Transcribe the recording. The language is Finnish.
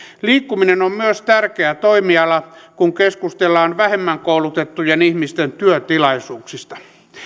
liikkuminen on myös tärkeä toimiala kun keskustellaan vähemmän koulutettujen ihmisten työtilaisuuksista